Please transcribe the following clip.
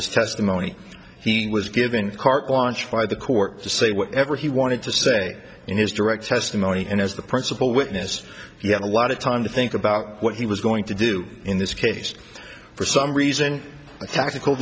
his testimony he was given carte blanche by the court to say whatever he wanted to say in his direct testimony and as the principal witness you had a lot of time to think about what he was going to do in this case for some reason i tac